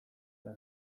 zen